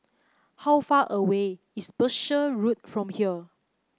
how far away is Berkshire Road from here